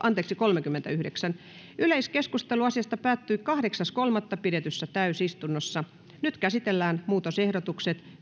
kolmekymmentäyhdeksän yleiskeskustelu asiasta päättyi kahdeksas kolmatta kaksituhattayhdeksäntoista pidetyssä täysistunnossa nyt käsitellään muutosehdotukset